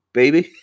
baby